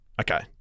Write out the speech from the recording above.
Okay